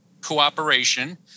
cooperation